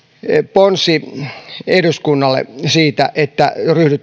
ponsi eduskunnalle siitä että